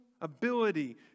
ability